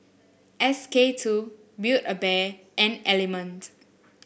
S K two Build A Bear and Element